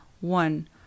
one